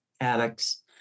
addicts